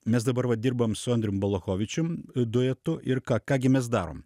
mes dabar va dirbam su andrium balachovičium duetu ir ką ką gi mes darom